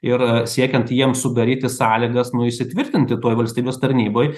ir siekiant jiem sudaryti sąlygas nu įsitvirtinti toj valstybės tarnyboj